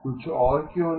कुछ और क्यों नहीं